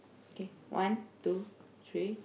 okay one two three